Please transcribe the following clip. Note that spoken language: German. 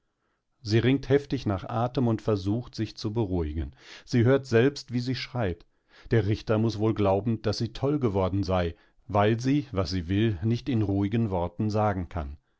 sie ringt heftig nach atem und versucht sich zu beruhigen sie hört selbst wie sie schreit der richter muß wohl glauben daß sie toll geworden sei weil sie was sie will nicht in ruhigen worten sagen kann